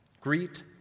Greet